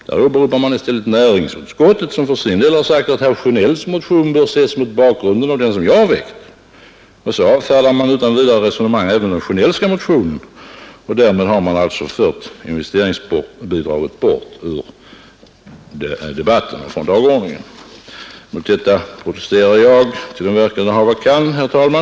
Man åberopar i stället näringsutskottet, som för sin del sagt att herr Sjönells motion bör ses mot bakgrund av den motion jag väckt. Och så avfärdar man utan vidare resonemang också den Sjönellska motionen, varmed man alltså för bort investeringsbidraget från debatten och dagordningen. Mot detta protesterar jag till den verkan det hava kan, ' fru talman!